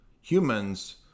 humans